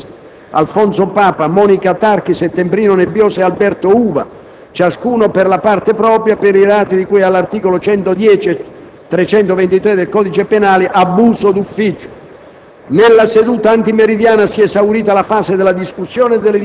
nonché dei signori Marco Preioni, Daniela Bianchini, Fausto De Santis, Alfonso Papa, Monica Tarchi, Settembrino Nebbioso e Alberto Uva, ciascuno *in parte qua*, per i reati di cui agli articoli 110 e 323 del codice penale (abuso d'ufficio)».